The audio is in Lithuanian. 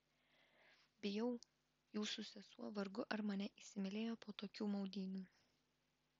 bijau jūsų sesuo vargu ar mane įsimylėjo po tokių maudynių